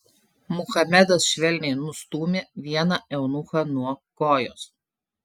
muhamedas švelniai nustūmė vieną eunuchą nuo kojos